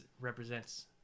represents